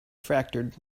fractured